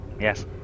Yes